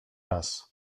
raz